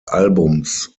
albums